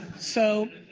so,